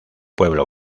pueblo